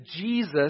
Jesus